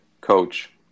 coach